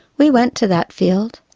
we went to that field,